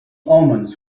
omens